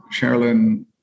Sherilyn